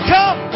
Come